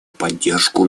поддержку